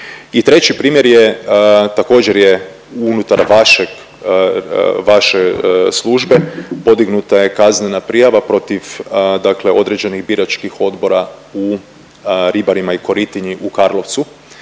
I treći primjer je također je unutar vaše službe. Podignuta je kaznena prijava protiv, dakle određenih biračkih odbora u Ribarima i Koritinji u Karlovcu.